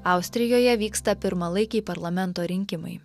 austrijoje vyksta pirmalaikiai parlamento rinkimai